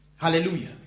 Hallelujah